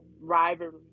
rivalry